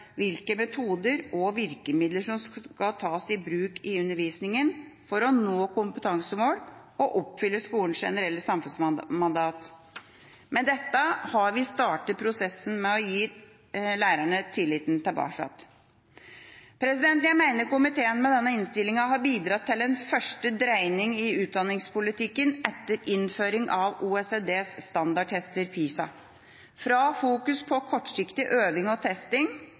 hvilke metoder og virkemidler som skal tas i bruk i undervisningen for å nå kompetansemål og oppfylle skolens generelle samfunnsmandat». Med dette har vi startet prosessen med å gi lærerne tilliten tilbake. Jeg mener komiteen med denne innstillinga har bidratt til en første dreining i utdanningspolitikken etter innføring av OECDs standardtester – PISA: fra fokusering på kortsiktig øving og testing